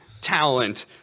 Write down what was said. talent